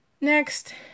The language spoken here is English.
Next